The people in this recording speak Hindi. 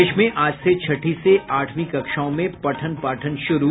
प्रदेश में आज से छठी से आठवीं कक्षाओं में पठन पाठन शुरू